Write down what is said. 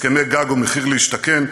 הסכמי גג ומחיר למשתכן,